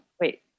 wait